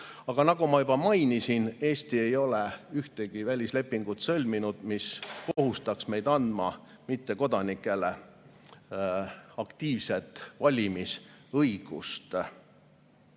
Aga nagu ma juba mainisin, Eesti ei ole sõlminud ühtegi välislepingut, mis kohustaks meid andma mittekodanikele aktiivset valimisõigust.